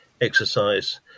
exercise